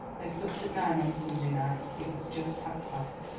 they supped at nine on sunday nights it was just half-past.